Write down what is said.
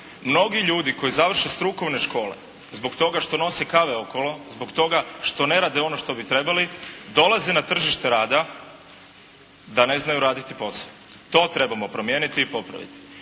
Mnogi ljudi koji završe strukovne škole zbog toga što nose kave okolo, zbog toga što ne rade ono što bi trebali dolaze na tržište rada da ne znaju raditi posao. To trebamo promijeniti i popraviti.